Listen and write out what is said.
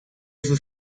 sus